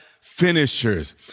finishers